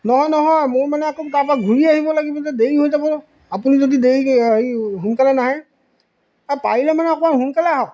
নহয় নহয় মোৰ মানে আকৌ তাৰপা ঘূৰি আহিব লাগিব যে দেৰি হৈ যাব আপুনি যদি দেৰি হেৰি সোনকালে নাহে পাৰিলে মানে অকণমান সোনকালে আহক